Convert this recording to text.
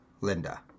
Linda